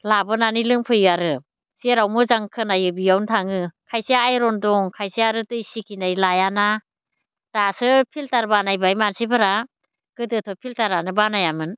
लाबोनानै लोंफैयो आरो जेराव मोजां खोनायो बेयावनो थाङो खायसे आयरन दं खायसे आरो दै सिखिनाय लायाना दासो फिल्टार बानायबाय मानसिफोरा गोदोथ' फिल्टारानो बानायामोन